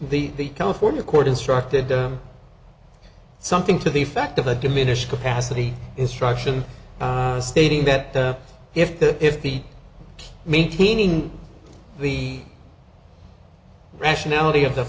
insist the california court instructed them something to the effect of a diminished capacity instruction stating that if the if the maintaining the rationality of the